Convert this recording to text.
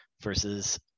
versus